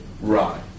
Right